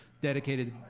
dedicated